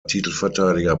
titelverteidiger